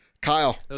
Kyle